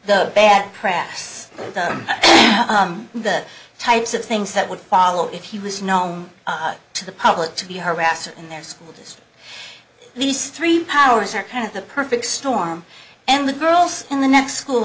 the bad press the types of things that would follow if he was known to the public to be harassed in their school just these three powers are kind of the perfect storm and the girls in the next school